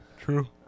True